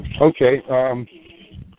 Okay